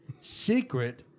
secret